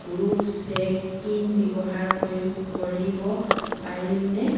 group check in ব্যৱহাৰ কৰি কৰিব পাৰিমনে